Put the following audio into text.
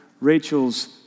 Rachel's